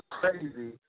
crazy